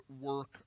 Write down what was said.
work